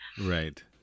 Right